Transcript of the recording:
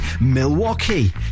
Milwaukee